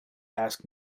ask